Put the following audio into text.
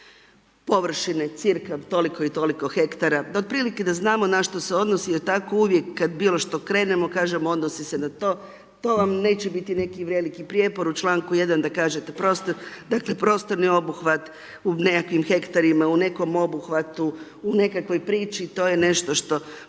površine cirka toliko i toliko hektara, da otprilike da znamo na što se odnosi, da tako uvijek, kada bili šta krenemo, kažemo odnosi se na to, to vam neće biti neki veliki prijepor, u čl. 1. da kažete prostor dakle, prostorni obuhvat u nekakvim hektarima u nekom obuhvatu, u nekakvoj priči, to je nešto što